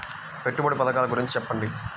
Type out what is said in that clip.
పెట్టుబడి పథకాల గురించి చెప్పండి?